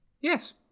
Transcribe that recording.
Yes